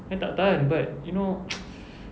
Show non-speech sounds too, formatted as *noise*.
I tak tahan but you know *noise*